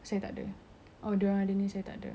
although awak ada apa yang dia orang tak ada awak tak akan